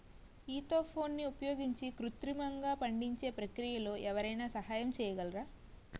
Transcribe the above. ఈథెఫోన్ని ఉపయోగించి కృత్రిమంగా పండించే ప్రక్రియలో ఎవరైనా సహాయం చేయగలరా?